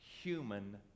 human